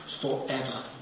forever